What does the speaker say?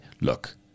look